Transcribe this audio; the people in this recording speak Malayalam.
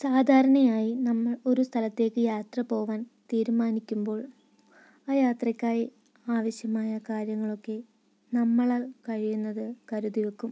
സാധാരണയായി നമ്മൾ ഒരു സ്ഥലത്തേക്ക് യാത്ര പോകാൻ തീരുമാനിക്കുമ്പോൾ ആ യാത്രക്കായി ആവശ്യമായ കാര്യങ്ങളൊക്കെ നമ്മളാൽ കഴിയുന്നത് കരുതി വെക്കും